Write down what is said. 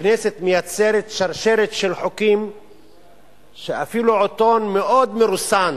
הכנסת מייצרת שרשרת של חוקים שאפילו עיתון מאוד מרוסן